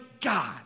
God